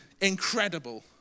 incredible